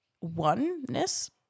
oneness